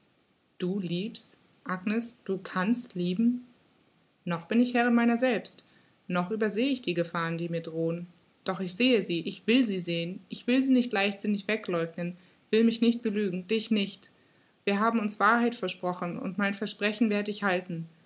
du liebst agnes du kannst lieben noch bin ich herrin meiner selbst noch überseh ich die gefahren die mir drohen doch ich sehe sie ich will sie sehen will sie nicht leichtsinnig wegleugnen will mich nicht belügen dich nicht wir haben uns wahrheit versprochen und mein versprechen werd ich halten